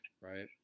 Right